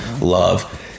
love